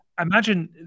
imagine